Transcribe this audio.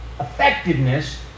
effectiveness